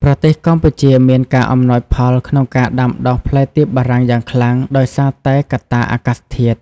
ប្រទេសកម្ពុជាមានការអំណោយផលក្នុងការដាំដុះផ្លែទៀបបារាំងយ៉ាងខ្លាំង ដោយសារតែកត្តាអាកាសធាតុ។